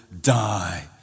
Die